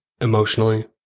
emotionally